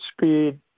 speed